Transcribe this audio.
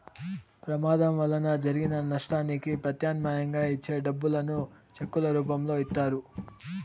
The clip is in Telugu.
ప్రమాదం వలన జరిగిన నష్టానికి ప్రత్యామ్నాయంగా ఇచ్చే డబ్బులను చెక్కుల రూపంలో ఇత్తారు